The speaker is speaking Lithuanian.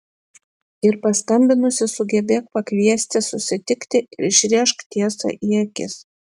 ir paskambinusi sugebėk pakviesti susitikti ir išrėžk tiesą į akis